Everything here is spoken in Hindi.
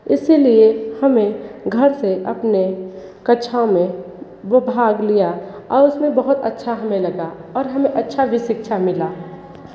इसलिए हमें घर से अपने कक्षाओं में वो भाग लिया और उसमें बहुत अच्छा हमें लगा और हमें अच्छा भी शिक्षा मिला